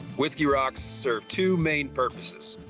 whiskey rocks serve two main purposes.